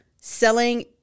selling